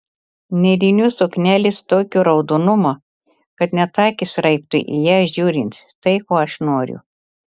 nėrinių suknelės tokio raudonumo kad net akys raibtų į ją žiūrint štai ko aš noriu